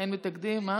אין מתנגדים.